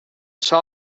açò